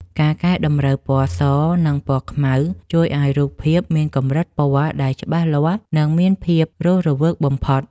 ការកែតម្រូវ ពណ៌ស និង ពណ៌ខ្មៅ ជួយឱ្យរូបភាពមានកម្រិតពណ៌ដែលច្បាស់លាស់ និងមានភាពរស់រវើកបំផុត។